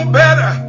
better